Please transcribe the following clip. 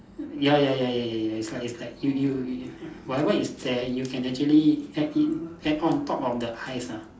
ya ya ya ya ya ya it's like it's like you you you whatever is there you can actually add in add on top of the ice ah